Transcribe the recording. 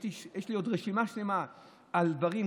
יש לי עוד רשימה שלמה על דברים,